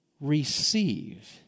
receive